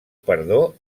perdó